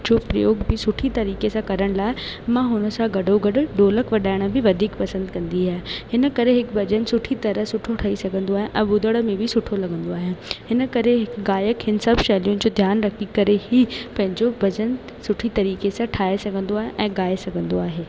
छो प्रयोग बि सुठी तरीक़े सां करण लाइ मां हुन सां गॾो गॾु ढोलक वॼाइण बि वधीक पसंदि कंदी आहियां हिन करे हिकु भॼन सुठी तरह सुठो ठई सघंदो आहे ऐं ॿुधण में बि सुठो लॻंदो आहे हिन करे हिकु गायक हिन सब शैलियुनि जो ध्यानु रखी करे ई पंहिंजो भॼन सुठी तरीक़े सां ठाहे सघंदो आहे ऐं ठाहे सघंदो आहे